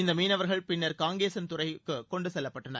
இந்த மீனவர்கள் பின்னர் காங்கேசன் துறைக்கு கொண்டு செல்லப்பட்டனர்